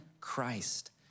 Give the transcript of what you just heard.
Christ